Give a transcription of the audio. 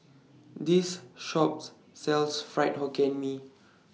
This Shop sells Fried Hokkien Mee